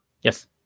Yes